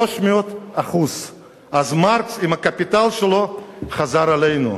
300%. אז מרקס, עם "הקפיטל" שלו, חזר אלינו.